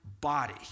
body